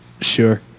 Sure